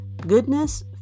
goodness